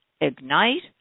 ignite